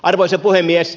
arvoisa puhemies